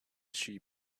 sheep